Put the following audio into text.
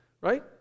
Right